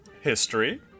history